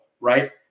right